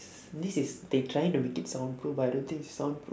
this is they trying to make it soundproof but I don't think is soundproof